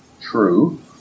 true